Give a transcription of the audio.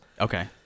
Okay